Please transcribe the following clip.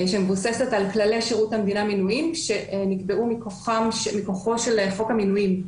שמבוססת על כללי שירות המדינה (מינויים) שנקבעו מכוחו של חוק המינויים.